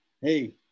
hey